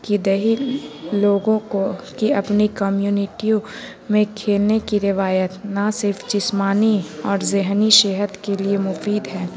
کہ دیہی لوگوں کو کہ اپنی کمیونٹی میں کھیلنے کی روایت نہ صرف جسمانی اور ذہنی صحت کے لیے مفید ہیں